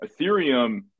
Ethereum